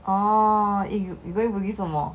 oh you you go bugis 做莫